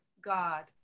God